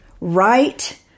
right